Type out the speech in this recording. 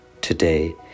Today